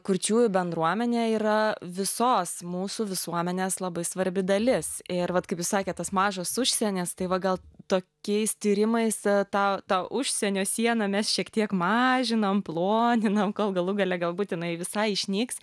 kurčiųjų bendruomenė yra visos mūsų visuomenės labai svarbi dalis ir vat kaip jūs sakėt tas mažas užsienis tai va gal tokiais tyrimais tą tą užsienio sieną mes šiek tiek mažinom ploninom kol galų gale galbūt jinai visai išnyks